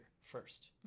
first